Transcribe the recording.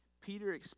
Peter